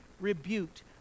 rebuked